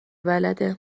بلده